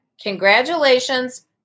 Congratulations